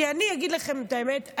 אני אגיד לכם את האמת,